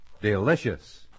delicious